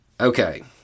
Okay